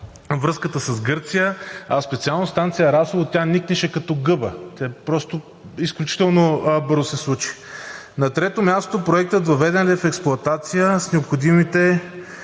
връзката с Гърция, а специално станция „Расово“, тя никнеше като гъба, тя изключително бързо се случи. На трето място, проектът въведен ли е в експлоатация с необходимите